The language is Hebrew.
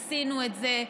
עשינו את זה.